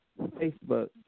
Facebook